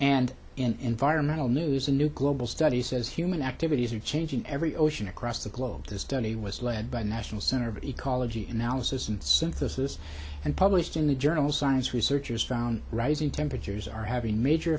and environmental news a new global study says human activities are changing every ocean across the globe this study was led by the national center of ecology analysis and synthesis and published in the journal science researchers found rising temperatures are having major